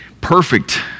perfect